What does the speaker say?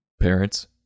parents